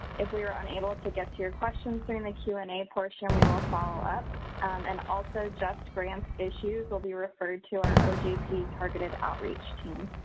if we were unable to get to your questions during the q and a portion, we will follow up and also justgrants issues will be referred to our ojp targeted outreach team.